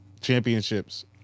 championships